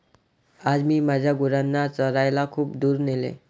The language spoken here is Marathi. आज मी माझ्या गुरांना चरायला खूप दूर नेले